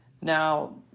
Now